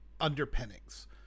underpinnings